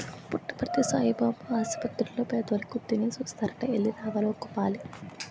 పుట్టపర్తి సాయిబాబు ఆసపత్తిర్లో పేదోలికి ఉత్తినే సూస్తారట ఎల్లి రావాలి ఒకపాలి